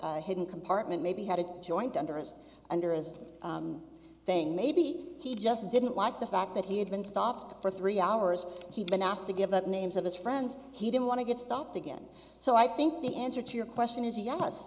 a hidden compartment maybe had a joint under us under as thing maybe he just didn't like the fact that he had been stopped for three hours he'd been asked to give up names of his friends he didn't want to get stopped again so i think the answer to your question is yes